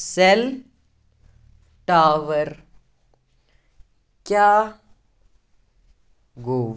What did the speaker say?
sale tower کیٛاہ گوٚو